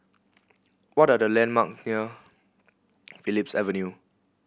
what are the landmark near Phillips Avenue